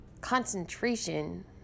Concentration